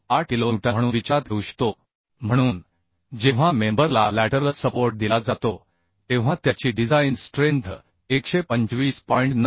98 kilo newton म्हणून विचारात घेऊ शकतो म्हणून जेव्हा मेंबर ला लॅटरल सपोर्ट दिला जातो तेव्हा त्याची डिझाइन स्ट्रेंथ 125